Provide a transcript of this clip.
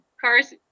cars